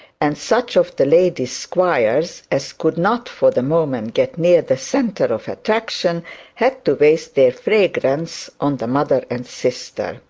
and such of the lady's squires as could not for the moment get near the centre of attraction had to waste their fragrance on the mother and sister.